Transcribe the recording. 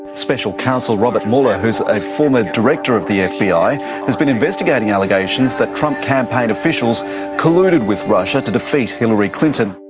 special counsel robert mueller who is a former director of the fbi has has been investigating allegations that trump campaign officials colluded with russia to defeat hillary clinton.